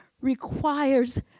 requires